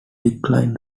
declining